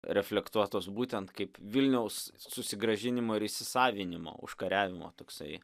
reflektuotos būtent kaip vilniaus susigrąžinimo ir įsisavinimo užkariavimo toksai